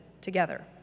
together